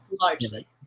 largely